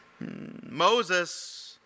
Moses